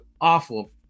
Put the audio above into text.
awful